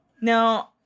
No